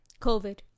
COVID